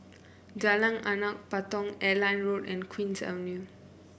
Jalan Anak Patong Airline Road and Queen's Avenue